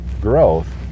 growth